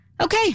Okay